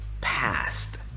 past